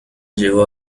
llevó